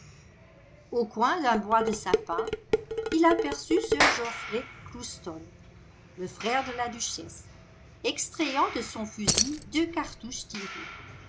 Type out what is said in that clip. au coin d'un bois de sapins il aperçut sir geoffrey glouston le frère de la duchesse extrayant de son fusil deux cartouches tirées